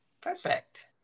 Perfect